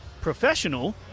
professional –